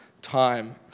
Time